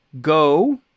go